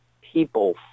people